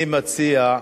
אני מציע,